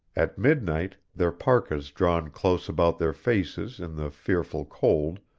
at midnight, their parkas drawn close about their faces in the fearful cold,